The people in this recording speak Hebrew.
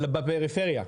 בפריפריה.